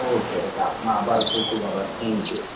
okay okay આપનો આભાર ખૂબ ખૂબ આભાર થેન્ક યુ